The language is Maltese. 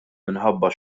minħabba